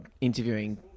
interviewing